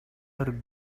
are